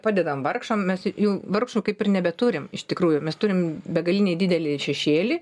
padedam vargšam mes jų vargšų kaip ir nebeturim iš tikrųjų mes turim begalinį didelį šešėlį